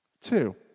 two